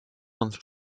month